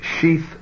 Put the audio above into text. sheath